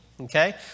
Okay